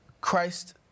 christ